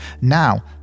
Now